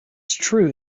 true